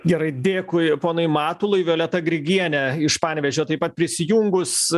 gerai dėkui ponai matulai violeta grigienė iš panevėžio taip pat prisijungus